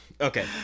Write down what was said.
Okay